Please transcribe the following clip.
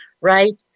right